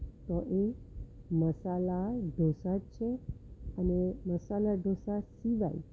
તો એ મસાલા ઢોસાજ છે અને મસાલા ઢોસા સિવાય